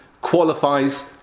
qualifies